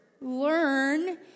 Learn